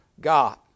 God